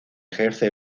ejerce